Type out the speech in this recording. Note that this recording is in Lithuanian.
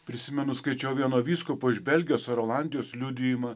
prisimenu skaičiau vieno vyskupo iš belgijos ar olandijos liudijimą